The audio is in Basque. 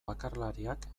bakarlariak